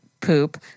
poop